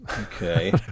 Okay